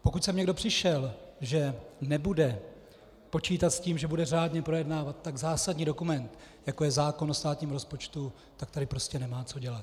Pokud sem někdo přišel, že nebude počítat s tím, že bude řádně projednávat tak zásadní dokument, jako je zákon o státním rozpočtu, tak tady prostě nemá co dělat.